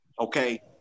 okay